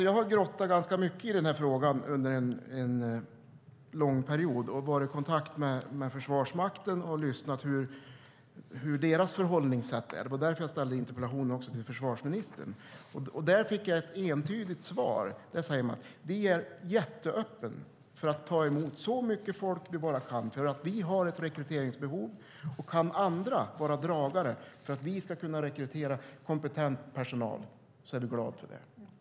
Jag har grävt ganska mycket i den här frågan under en lång period och varit i kontakt med Försvarsmakten och lyssnat hur deras förhållningssätt är. Det var därför jag ställde den här interpellationen till försvarsministern. Från Försvarsmakten fick jag ett entydigt svar där man sade: Vi är jätteöppna för att ta emot så mycket folk vi bara kan, för vi har ett rekryteringsbehov. Kan andra vara dragare för att vi ska kunna rekrytera kompetent personal är vi glada för det.